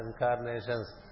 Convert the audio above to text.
incarnations